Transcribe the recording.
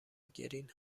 گرین